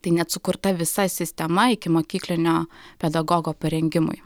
tai net sukurta visa sistema ikimokyklinio pedagogo parengimui